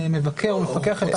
שמבקר או מפקח.